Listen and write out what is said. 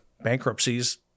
bankruptcies